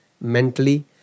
mentally